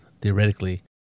theoretically